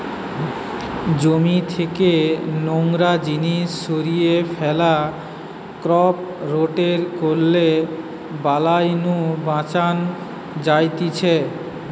জমি থেকে নোংরা জিনিস সরিয়ে ফ্যালা, ক্রপ রোটেট করলে বালাই নু বাঁচান যায়তিছে